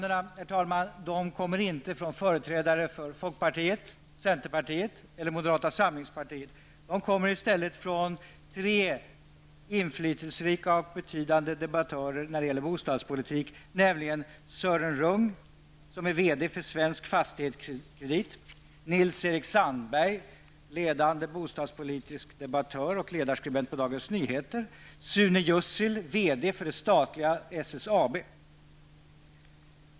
Dessa uttalanden kommer inte från företrädare för folkpartiet, centerpartiet eller moderata samlingspartiet. De kommer i stället från tre inflytelserika och betydande debattörer när det gäller bostadspolitiken, nämligen Sören Rung, som är VD för Svensk Fastighetskredit, Nils-Erik Herr talman!